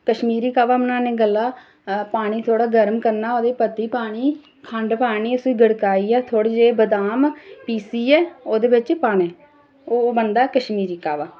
कशमीरी काह्वा बनाने गल्ला पैह्लें थोह्ड़ा पानी गरम करना ते ओह्दे च थोह्ड़ी पत्ती पानी खंड पानी ते उसी ओह्दे च पाइयै थोह्ड़े नेहं बादाम पीस्सियै ओह्दे बिच पाने ओह् बनदा कश्मीरी काह्वा